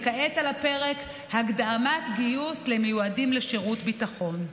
וכעת על הפרק הקדמת גיוס למיועדים לשירות ביטחון.